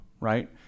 right